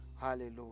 Hallelujah